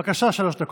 בבקשה, שלוש דקות.